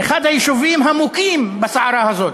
אחד היישובים המוכים בסערה הזו.